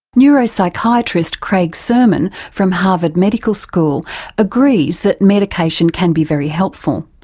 neuropsychiatrist craig surman from harvard medical school agrees that medication can be very helpful,